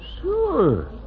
Sure